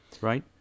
right